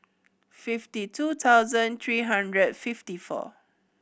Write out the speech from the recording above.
fifty two thousand three hundred and fifty four